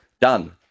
Done